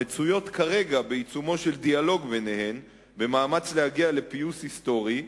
המצויות כרגע בעיצומו של דיאלוג ביניהן במאמץ להגיע לפיוס היסטורי,